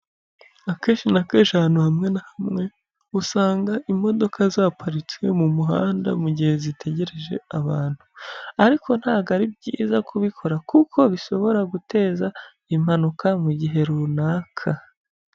Akenshi na kenshi ahantu hamwe na hamwe, usanga imodoka zaparitse mu muhanda, mu gihe zitegereje abantu, ariko ntabwoo ari byiza kubikora kuko bishobora guteza impanuka mu gihe runaka.